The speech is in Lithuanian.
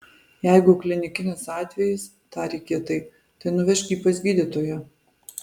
jeigu klinikinis atvejis tarė kietai tai nuvežk jį pas gydytoją